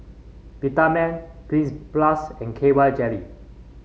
Peptamen Cleanz Plus and K Y Jelly